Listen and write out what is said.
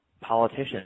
politicians